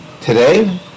today